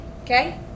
okay